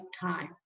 time